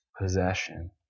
possession